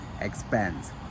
expands